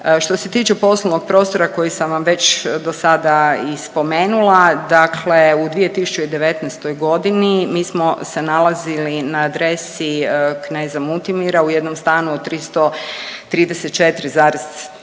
Što se tiče poslovnog prostora koji sam vam već dosada i spomenula, dakle u 2019.g. mi smo se nalazili na adresi Kneza Mutimira u jednom stanu od 334,36